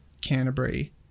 Canterbury